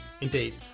indeed